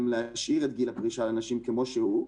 להשאיר את גיל הפרישה לנשים כמו שהוא,